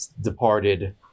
departed